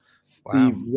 Steve